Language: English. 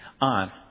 on